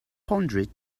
pondered